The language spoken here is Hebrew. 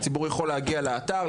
הציבור יכול להגיע לאתר,